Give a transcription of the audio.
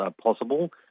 possible